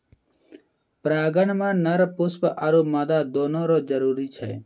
परागण मे नर पुष्प आरु मादा दोनो रो जरुरी छै